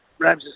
Rabs